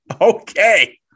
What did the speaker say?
Okay